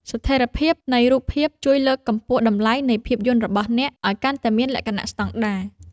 ស្ថិរភាពនៃរូបភាពជួយលើកកម្ពស់តម្លៃនៃភាពយន្តរបស់អ្នកឱ្យកាន់តែមានលក្ខណៈស្តង់ដារ។